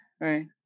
right